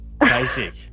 Basic